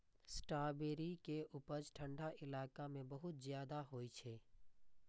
strawberry के उपज ठंढा इलाका मे बहुत ज्यादा होइ छै